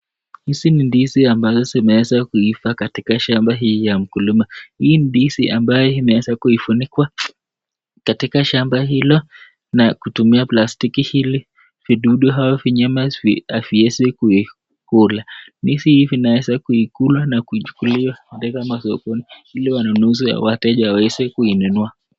Hizi ni ndizi ambazo zimeweza kuiva katika shamba hii ya mkulima. Hii ndizi ambaye imeweza kufunikwa katika shamba hilo na kutumia plastiki ili vidudu hao visiweze kuikula. Ndizi hivi naweza kuikula na kuipeleka sokoni ili wanunuzi wa wateja waweze kuinunua.